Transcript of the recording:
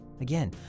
Again